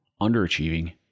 underachieving